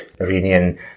Iranian